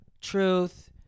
truth